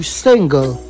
single